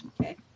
Okay